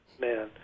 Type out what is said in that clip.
man